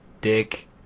Dick